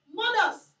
mothers